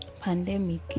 pandemic